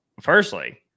firstly